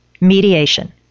Mediation